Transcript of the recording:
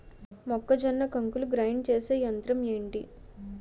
మొక్కజొన్న కంకులు గ్రైండ్ చేసే యంత్రం ఏంటి?